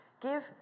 Give